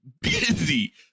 busy